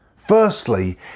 Firstly